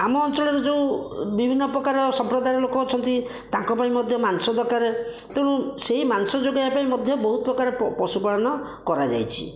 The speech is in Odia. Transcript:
ଆମ ଅଞ୍ଚଳରେ ଯେଉଁ ବିଭିନ୍ନ ପ୍ରକାର ସମ୍ପ୍ରଦାୟର ଲୋକ ଅଛନ୍ତି ତାଙ୍କ ପାଇଁ ମଧ୍ୟ ମାଂସ ଦରକାର ତେଣୁ ସେହି ମାଂସ ଯୋଗାଇବା ପାଇଁ ମଧ୍ୟ ବହୁତ ପ୍ରକାର କ ପଶୁପାଳନ କରାଯାଇଛି